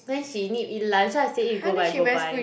then she need eat laksa I say you go buy go buy